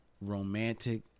romantic